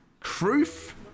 Truth